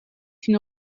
une